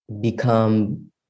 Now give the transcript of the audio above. become